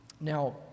Now